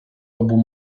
obu